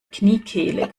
kniekehle